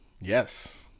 Yes